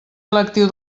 lectiu